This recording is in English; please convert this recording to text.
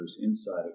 inside